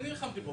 אני נלחמתי בו,